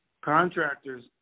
contractors